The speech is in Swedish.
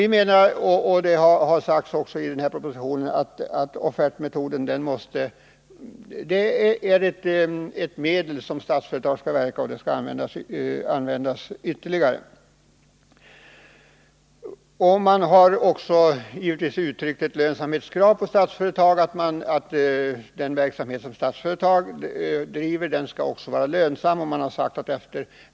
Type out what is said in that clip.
Vi menar — och det sägs också i propositionen — att offertmetoden är ett medel som Statsföretag skall använda ytterligare. Givetvis har det också ställts ett lönsamhetskrav på Statsföretag. Den verksamhet som Statsföretag bedriver skall vara lönsam.